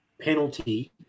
penalty